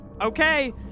okay